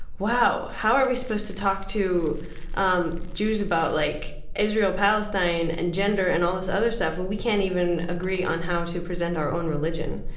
wow, how are we supposed to talk to um jews about like israel, palestine and gender and all this other stuff when we can't even agree on how to present our own religion?